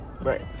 Right